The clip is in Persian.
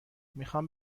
میخام